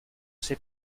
ces